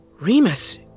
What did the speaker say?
Remus